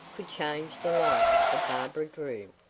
could change the life of barbara drew.